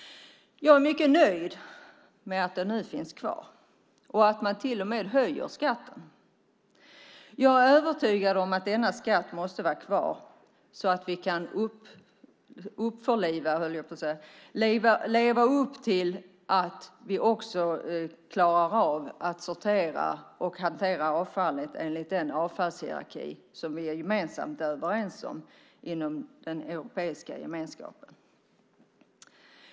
Jag är mycket nöjd med att den nu finns kvar och att man till och med höjer skatten. Jag är övertygad om att denna skatt måste vara kvar så att vi klarar av att sortera och hantera avfallet enligt den avfallshierarki som vi gemensamt är överens om inom den europeiska gemenskapen.